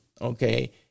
okay